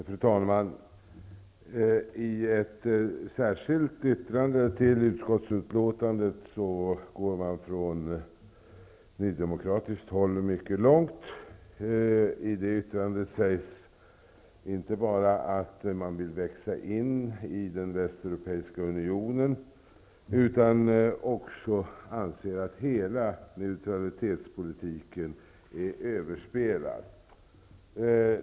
Fru talman! I ett särskilt yttrande till utskottsutlåtandet går Nydemokraterna mycket långt. I det yttrandet sägs inte bara att man vill växa in i Västeuropeiska unionen, utan man anser också att hela neutralitetspolitiken är överspelad.